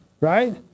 Right